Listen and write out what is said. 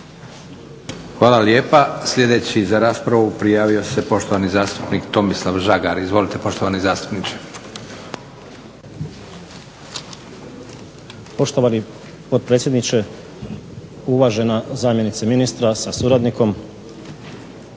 Hvala lijepa. Sljedeći za raspravu prijavio se poštovani zastupnik Tomislav Žagar. Izvolite poštovani zastupniče.